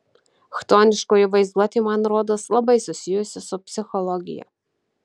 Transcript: chtoniškoji vaizduotė man rodos labai susijusi su psichologija